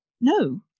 no